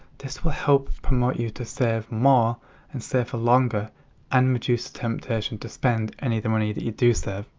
this will help promote you to save more and save for longer and reduce the temptation to spend any of the money that you do save.